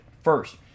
First